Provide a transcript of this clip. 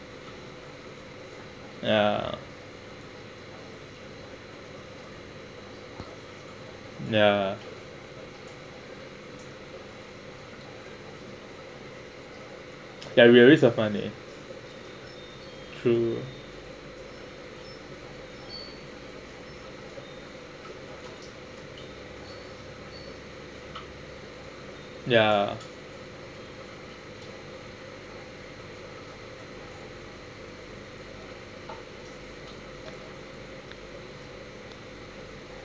ya ya ya we always true ya